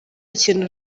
ikintu